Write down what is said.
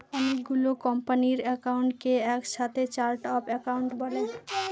অনেকগুলো কোম্পানির একাউন্টকে এক সাথে চার্ট অফ একাউন্ট বলে